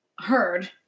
heard